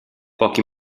pochi